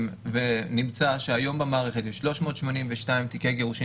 ונמצא שיש במערכת היום 382 תיקי גירושין